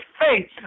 face